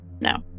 No